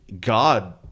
God